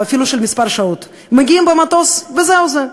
אפילו של כמה שעות: מגיעים במטוס וזהו זה,